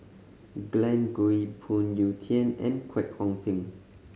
Glen Goei Phoon Yew Tien and Kwek Hong Png